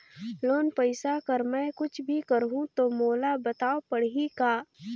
Loan पइसा कर मै कुछ भी करहु तो मोला बताव पड़ही का?